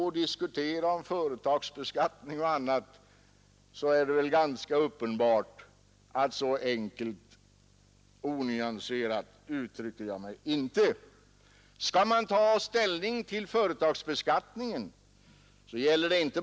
De måste alltså hjälpas på ett annat sätt för att det skall bli någon effektiv hjälp. Här har man i debatten totalt glömt bort satsningen på familjerna.